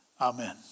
Amen